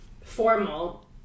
formal